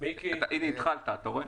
--- הינה התחלת, אתה רואה?